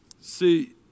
See